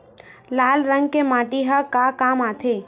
लाल रंग के माटी ह का काम आथे?